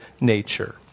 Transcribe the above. nature